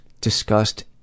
discussed